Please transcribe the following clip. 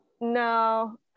no